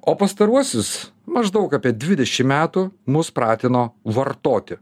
o pastaruosius maždaug apie dvidešim metų mus pratino vartoti